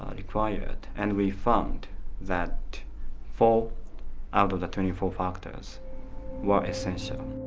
um required, and we found that four out of the twenty four factors were essential.